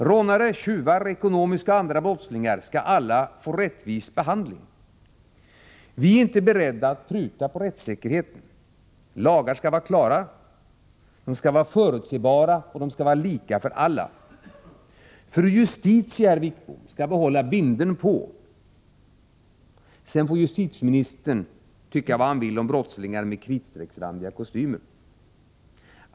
Rånare, tjuvar, ekonomiska och andra brottslingar skall alla få rättvis behandling. Vi är inte beredda att pruta på rättssäkerheten. Lagar skall vara klara, de skall vara förutsebara och de skall vara lika för alla. Fru Justitia, herr Wickbom, skall behålla bindeln på. Sedan får justitieministern tycka vad han vill om brottslingar med kritstrecksrandiga kostymer.